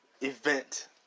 event